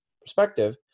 perspective